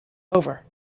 over